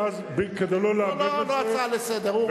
לא הצעה לסדר,